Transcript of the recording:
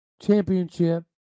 championship